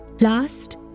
Last